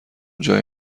جای